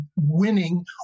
winning